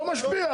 לא משפיע,